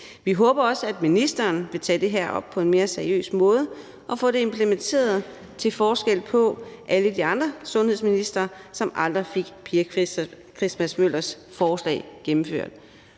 Vi håber også, at ministeren vil tage det her op på en mere seriøs måde og få det implementeret til forskel fra alle de andre sundhedsministre, som aldrig fik Pia Christmas-Møllers forslag gennemført.